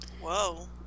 Whoa